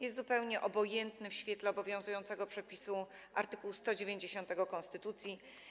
Jest zupełnie obojętny w świetle obowiązującego przepisu art. 190 konstytucji.